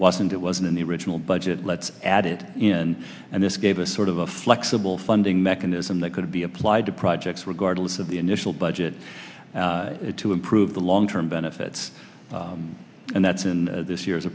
wasn't it wasn't in the original budget let's add it in and this gave us sort of a flexible funding mechanism that could be applied to projects regardless of the initial budget to improve the long term benefits and that's in this year